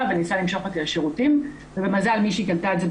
וניסה למשוך אותי לשירותים ובמזל מישהי קלטה את זה,